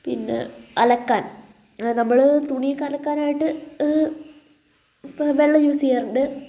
പിന്നെ അലക്കാൻ നമ്മൾ തുണി ഒക്കെ അലക്കാൻ ആയിട്ട് വെള്ളം യൂസ് ചെയ്യാറുണ്ട്